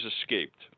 escaped